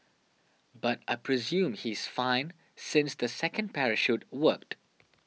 but I presume he is fine since the second parachute worked